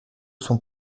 son